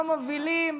לא מובילים,